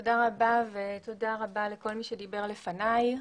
תודה רבה ותודה רבה לכל מי שדיבר לפני.